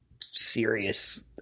serious